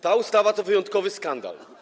Ta ustawa to wyjątkowy skandal.